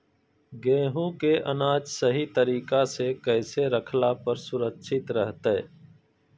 गेहूं के अनाज सही तरीका से कैसे रखला पर सुरक्षित रहतय?